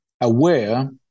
aware